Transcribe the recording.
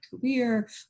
career